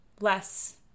less